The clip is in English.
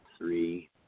three